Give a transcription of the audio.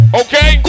okay